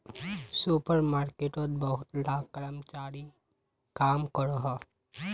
super मार्केटोत बहुत ला कर्मचारी काम करोहो